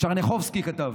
טשרניחובסקי כתב: